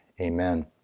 Amen